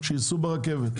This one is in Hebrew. שייסעו ברכבת,